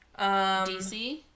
DC